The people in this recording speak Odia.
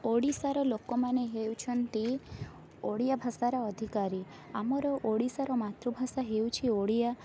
ଓଡ଼ିଶାର ଲୋକମାନେ ହେଉଛନ୍ତି ଓଡ଼ିଆ ଭାଷାର ଅଧିକାରୀ ଆମର ଓଡ଼ିଶାର ମାତୃଭାଷା ହେଉଛି ଓଡ଼ିଆ